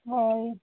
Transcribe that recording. ହଉ